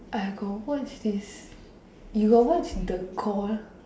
I got watch this you got watch the call